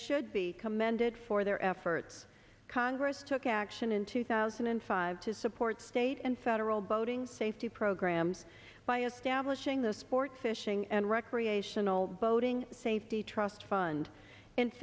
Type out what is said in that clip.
should be commended for their efforts congress took action in two thousand and five to support state and federal boating safety programs by establishing the sport fishing and recreational boating safety trust fund